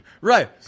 right